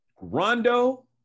Rondo